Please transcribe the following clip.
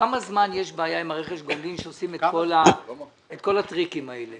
כמה זמן יש בעיה עם רכש הגומלין שעושים את כל הטריקים האלה?